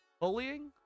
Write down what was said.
bullying